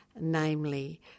namely